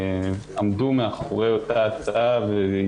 עמדו מאחורי אותה הצעה.